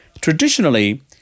Traditionally